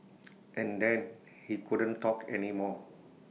and then he couldn't talk anymore